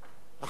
בבקשה.